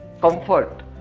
comfort